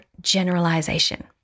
generalization